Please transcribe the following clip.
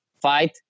fight